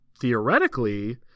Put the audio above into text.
theoretically